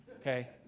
Okay